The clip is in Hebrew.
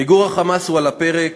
מיגור ה"חמאס" הוא על הפרק,